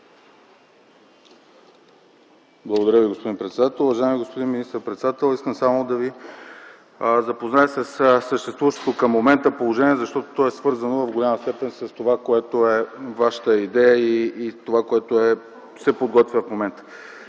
Благодаря Ви, господин председател. Уважаеми господин министър-председател, искам само да Ви запозная със съществуващото към момента положение, защото то е свързано в голяма степен с Вашата идея и това, което се подготвя в момента.